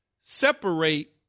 separate